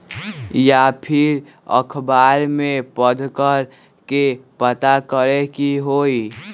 या फिर अखबार में पढ़कर के पता करे के होई?